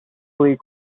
fleet